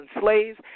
slaves